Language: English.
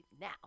now